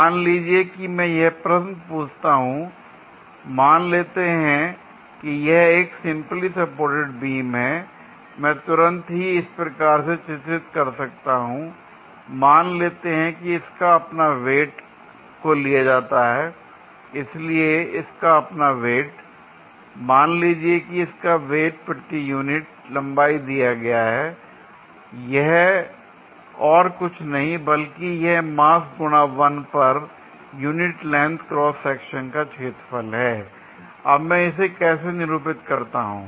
मान लीजिए कि मैं यह प्रश्न पूछता हूं मान लेते हैं कि यह एक सिंपली सपोर्टेड बीम है मैं तुरंत ही इस प्रकार से चित्रित कर सकता हूं l मान लेते हैं कि इसका अपना वेट को लिया जाता है l इसलिए इसका अपना वेट l मान लीजिए कि इसका वेट प्रति यूनिट लंबाई दिया गया है l यह और कुछ नहीं बल्कि यह मास गुणा one per unit length cross section का क्षेत्रफल है l अब मैं इसे कैसे निरूपित करता हूं